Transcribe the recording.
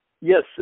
Yes